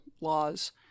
laws